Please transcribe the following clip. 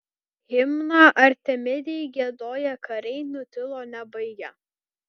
himną artemidei giedoję kariai nutilo nebaigę